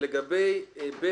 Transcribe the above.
לגבי (ב),